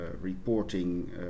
reporting